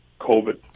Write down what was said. COVID